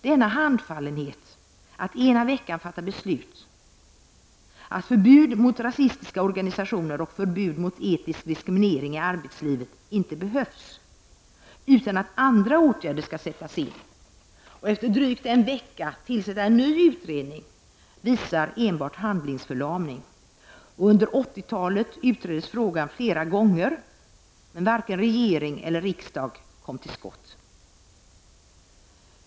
Denna handfallenhet att ena veckan fatta beslut att förbud mot rasistiska organisationer och förbud mot etnisk diskriminering i arbetslivet inte behövs, utan att andra åtgärder kan sättas in, men att efter drygt en vecka tillsätta en ny utredning, det visar enbart handlingsförlamning. Under 1980-talet utreddes frågan flera gånger, men varken regering eller riksdag kommer till skott.